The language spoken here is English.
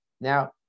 Now